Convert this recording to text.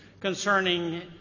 concerning